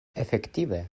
efektive